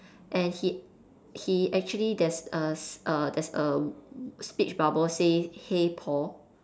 and he he actually there's a a there's a speech bubble say hey Paul